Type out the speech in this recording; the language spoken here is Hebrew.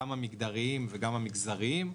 גם המגדריים וגם המגזריים.